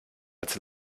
als